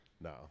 No